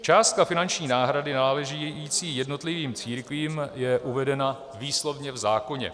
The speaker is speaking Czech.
Částka finanční náhrady náležící jednotlivým církvím je uvedena výslovně v zákoně.